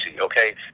okay